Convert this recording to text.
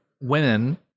women